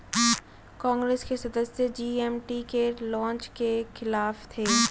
कांग्रेस के सदस्य जी.एस.टी के लॉन्च के खिलाफ थे